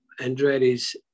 Andretti's